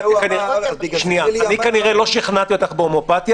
כנראה לא שכנעתי אותך בהומיאופתיה,